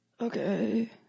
Okay